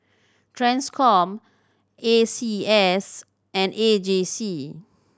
Transcom A C S and A J C